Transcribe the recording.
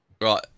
Right